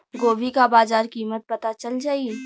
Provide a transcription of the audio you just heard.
गोभी का बाजार कीमत पता चल जाई?